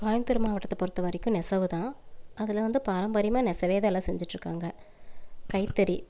கோயம்புத்தூர் மாவட்டத்தை பொறுத்த வரைக்கும் நெசவு தான் அதில் வந்து பாரம்பரியமாக நெசவே தான் எல்லாம் செஞ்சிகிட்ருக்காங்க கைத்தறி